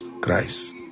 Christ